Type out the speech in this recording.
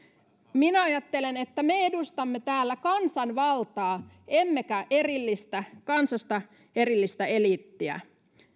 minä ajattelen että me edustamme täällä kansanvaltaa emmekä kansasta erillistä eliittiä